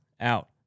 out